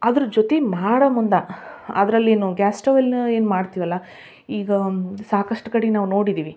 ಅದ್ರ ಜೊತೆ ಮಾಡೋ ಮುಂದೆ ಅದ್ರಲ್ಲೀಯೂ ಗ್ಯಾಸ್ ಸ್ಟವ್ ಎಲ್ಲ ಏನು ಮಾಡ್ತೀವಲ್ಲ ಈಗ ಸಾಕಷ್ಟು ಕಡೆ ನಾವು ನೋಡಿದೀವಿ